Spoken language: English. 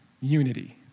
unity